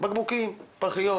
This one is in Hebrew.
בקבוקים ופחיות.